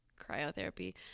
cryotherapy